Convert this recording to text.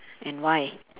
and why